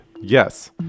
Yes